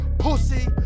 Pussy